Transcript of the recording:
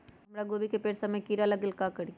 हमरा गोभी के पेड़ सब में किरा लग गेल का करी?